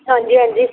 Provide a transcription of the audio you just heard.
ਹਾਂਜੀ ਹਾਂਜੀ